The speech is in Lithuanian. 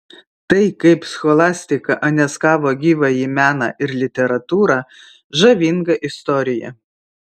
tai kaip scholastika aneksavo gyvąjį meną ir literatūrą žavinga istorija